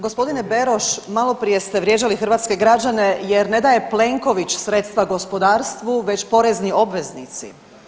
Gospodine Beroš maloprije ste vrijeđali hrvatske građane jer ne daje Plenković sredstva gospodarstvu već porezni obveznici.